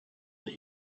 that